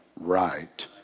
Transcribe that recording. right